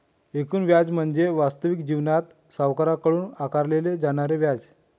एकूण व्याज म्हणजे वास्तविक जीवनात सावकाराकडून आकारले जाणारे व्याज